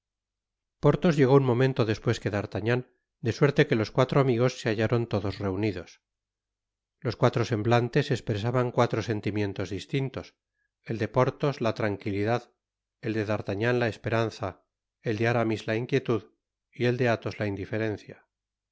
porthos llegó un momento despues que d'artagnan de suerte que los cuatro amigos se hallaron todos reunidos los cuatro semblantes espresaban cuatro sentimientos distintos el de porthos la tranquilidad el de d'artagnan la esperanza el de aramis la inquietad y el de athos la indiferencia